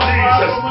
Jesus